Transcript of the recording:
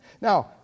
Now